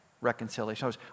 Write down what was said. reconciliation